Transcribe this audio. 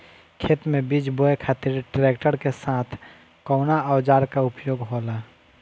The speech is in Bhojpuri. खेत में बीज बोए खातिर ट्रैक्टर के साथ कउना औजार क उपयोग होला?